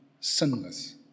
sinless